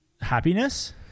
Happiness